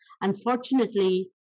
Unfortunately